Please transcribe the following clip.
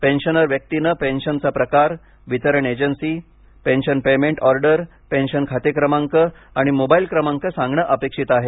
pensioner व्यक्तीनं पेन्शनचा प्रकार वितरण agency pension payment order pension खाते क्रमांक आणि मोबाईल क्रमांक सांगण अपेक्षित आहे